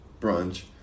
brunch